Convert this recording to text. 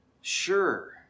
sure